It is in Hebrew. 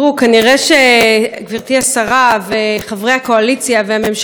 כנראה גברתי השרה וחברי הקואליציה והממשלה